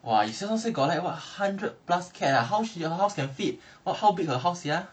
!wah! you just say now like got like !wah! a hundred plus cats ah how her house can fit !wah! how big her house sia